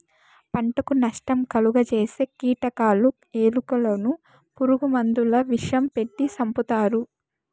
పంటకు నష్టం కలుగ జేసే కీటకాలు, ఎలుకలను పురుగు మందుల విషం పెట్టి సంపుతారు